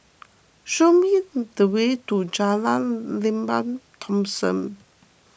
show me the way to Jalan Lembah Thomson